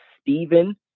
Stephen